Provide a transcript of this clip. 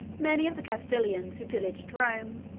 many of the castilians, who pillaged rome,